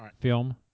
Film